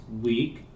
week